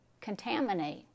contaminate